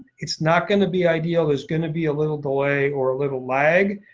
it's not going to be ideal. there's going to be a little delay or a little lag,